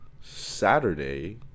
Saturday